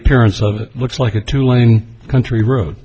appearance of it looks like a two lane country road